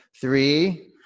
Three